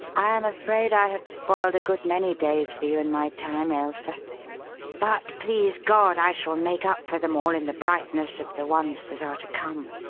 i am afraid i have spoiled a good many days for you in my time, ailsa. but, please god, i shall make up for them all in the brightness of the ones that are to come.